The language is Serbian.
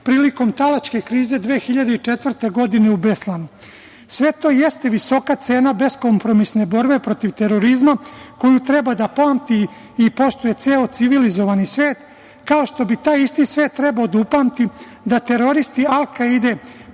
prilikom talačke krize 2004. godine u Beslanu. Sve to jeste visoka cena beskompromisne borbe protiv terorizma koju treba da pamti i poštuje ceo civilizovan svet, kao što bi taj isti svet trebao da upamti da teroristi Alkaide